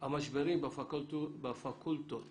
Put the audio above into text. המשברים בפקולטות